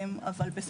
אבל,